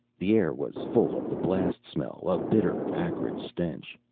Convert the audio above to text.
the air was full of the blast smell, a bitter acrid stench.